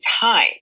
time